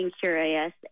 curious